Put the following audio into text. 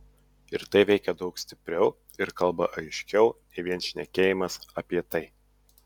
ir tai veikia daug stipriau ir kalba aiškiau nei vien šnekėjimas apie tai